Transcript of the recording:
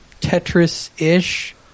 Tetris-ish